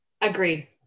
agreed